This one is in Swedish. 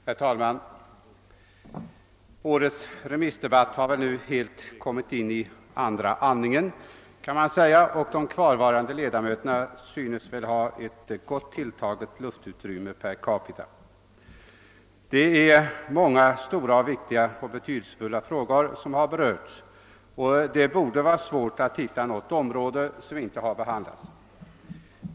Herr talman! Årets remissdebatt har väl nu definitivt kommit i sin andra andning, och de kvarvarande ledamöterna synes ha gott tilltaget luftutrymme per capita. Många stora och betydelsefulla frågor har berörts, och det borde vara svårt att hitta något område som inte behandlats.